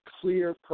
Clear